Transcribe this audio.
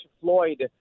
Floyd